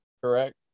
correct